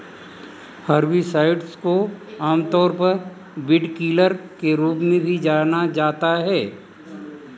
herbicides को आमतौर पर वीडकिलर के रूप में भी जाना जाता है